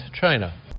China